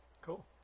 Cool